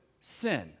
sin